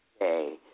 Okay